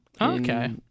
Okay